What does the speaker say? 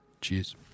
Cheers